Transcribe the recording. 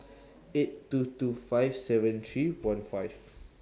eight two two five seven three one five